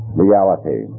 reality